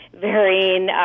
varying